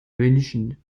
münchen